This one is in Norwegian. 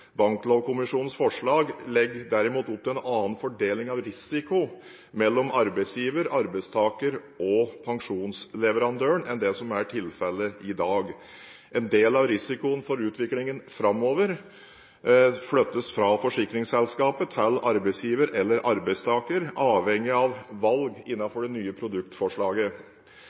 Banklovkommisjonens forslag legger derimot opp til en annen fordeling av risiko mellom arbeidsgiver, arbeidstaker og pensjonsleverandør enn det som er tilfellet i dag. En del av risikoen for utviklingen framover flyttes fra forsikringsselskapet til arbeidsgiver eller arbeidstaker, avhengig av valg innenfor det nye produktforslaget.